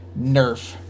Nerf